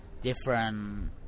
different